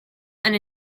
and